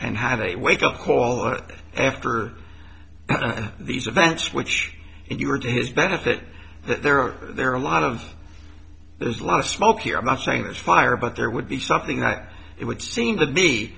and had a wake up call that after these events which you were to his benefit there are there are a lot of there's a lot of smoke here i'm not saying this fire but there would be something that it would seem to me